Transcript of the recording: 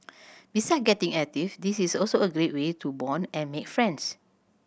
beside getting active this is also a great way to bond and make friends